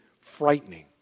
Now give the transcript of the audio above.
frightening